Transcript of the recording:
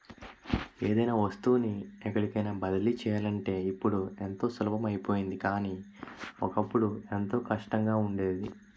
ఏదైనా వస్తువుని ఎక్కడికైన బదిలీ చెయ్యాలంటే ఇప్పుడు ఎంతో సులభం అయిపోయింది కానీ, ఒకప్పుడు ఎంతో కష్టంగా ఉండేది